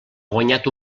guanyat